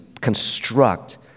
construct